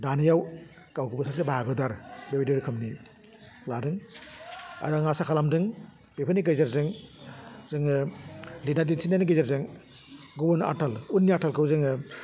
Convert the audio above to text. दानायाव गावखौबो सासे बाहागोदार बेबायदि रोखोमनि लादों आरो आं आसा खालामदों बेफोरनि गेजेरजों जोङो लिदना दिन्थिनायनि गेजेरजों गुबुन आथाल उननि आथालखौ जोङो